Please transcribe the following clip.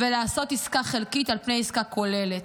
ולעשות עסקה חלקית על פני עסקה כוללת.